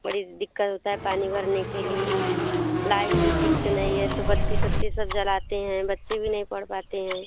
बड़ी दिक्कत होता है पानी भरने के लिए लाइन भी ठीक से नहीं है तो बत्ती सत्ती सब जलाते हैं बच्चे भी नहीं पढ़ पाते हैं